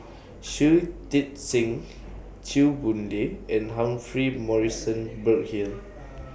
Shui Tit Sing Chew Boon Lay and Humphrey Morrison Burkill